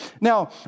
Now